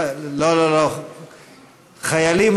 לא, חיילים